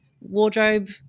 wardrobe